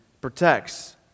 protects